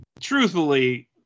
truthfully